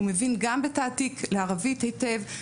הוא מבין גם בתעתיק לערבית היטב,